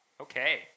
Okay